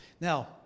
Now